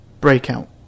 Breakout